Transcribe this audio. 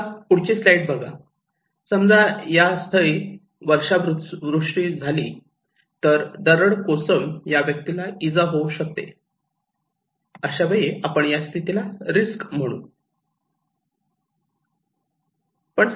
आता पुढची स्लाईड बघा समजा या स्थळी वर्षा वृष्टी झाली तर दरड कोसळून या व्यक्तीला इजा होऊ शकते अशा वेळी आपण या स्थितीला रिस्क म्हणू